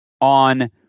on